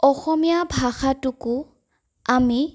অসমীয়া ভাষাটোকো আমি